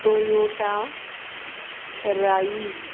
Toyota rise